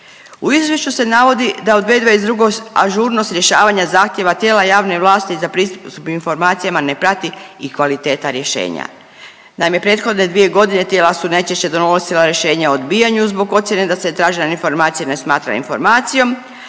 U izvješću se navodi da u 2022. ažurnost rješavanja zahtjeva tijela javne vlasti za pristup informacijama ne prati i kvaliteta rješenja. Naime prethodne dvije godine tijela su najčešće donosila rješenja o odbijanju zbog ocjene da se tražena informacija ne smatra informacijom,